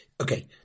Okay